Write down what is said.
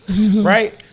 right